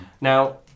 Now